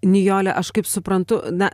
nijole aš kaip suprantu na